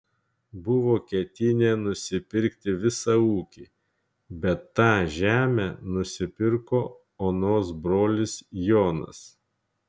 buvo ketinę nusipirkti visą ūkį bet tą žemę nusipirko onos brolis jonas